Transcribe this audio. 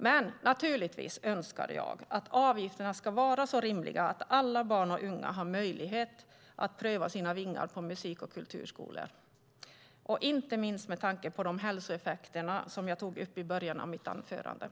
Men naturligtvis önskar jag att avgifterna ska vara så rimliga att alla barn och unga har möjlighet att pröva sina vingar i musik och kulturskolan, inte minst med tanke på de hälsoeffekter som jag tog upp i början av mitt anförande.